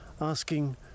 Asking